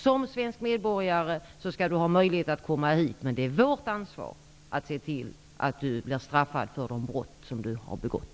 Som svensk medborgare skall man ha möjlighet att komma hit, men det är vårt ansvar att se till att man blir straffad för de brott man begått.